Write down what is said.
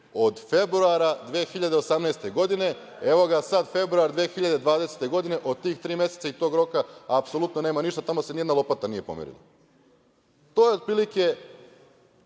od februara 2018. godine. Evo ga sad februar 2020. godine, a od tih tri meseca i tog roka apsolutno nema ništa. Tamo se ni jedna lopata nije pomerila. To je, otprilike,